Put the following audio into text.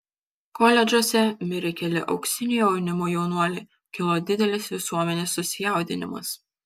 koledžuose mirė keli auksinio jaunimo jaunuoliai kilo didelis visuomenės susijaudinimas